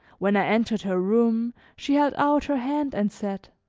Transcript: when i entered her room she held out her hand, and said